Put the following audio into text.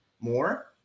more